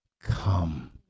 come